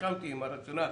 הסכמתי עם הרציונל,